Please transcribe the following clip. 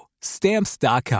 Stamps.com